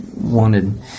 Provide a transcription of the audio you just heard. wanted